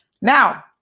Now